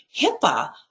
HIPAA